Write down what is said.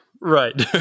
right